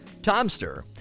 Tomster